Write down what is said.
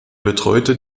betreute